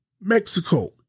Mexico